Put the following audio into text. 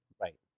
Right